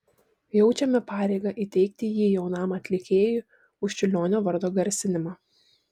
jaučiame pareigą įteikti jį jaunam atlikėjui už čiurlionio vardo garsinimą